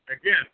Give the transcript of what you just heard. again